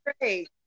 great